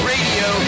Radio